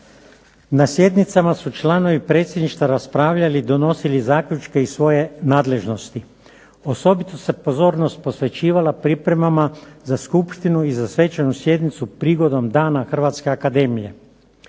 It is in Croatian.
Na sjednicama su članovi predsjedništva raspravljali, donosili zaključke iz svoje nadležnosti. Osobita se pozornost posvećivala pripremama za skupštinu i za svečanu sjednicu prigodom dana Hrvatske akademije.